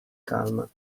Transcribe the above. calma